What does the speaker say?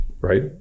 right